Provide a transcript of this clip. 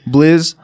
Blizz